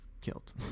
killed